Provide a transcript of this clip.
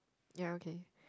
ya okay